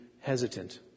hesitant